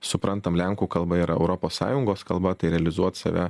suprantam lenkų kalba yra europos sąjungos kalba tai realizuot save